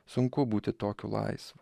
sunku būti tokiu laisvu